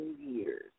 years